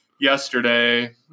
yesterday